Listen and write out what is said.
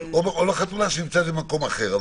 ולחתונה אולי שימצא מקום אחר,